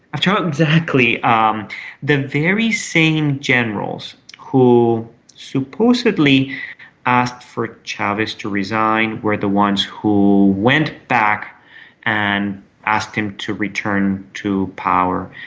after only, exactly. ah um the very same generals who supposedly asked for chavez to resign were the ones who went back and asked him to return to power.